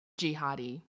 jihadi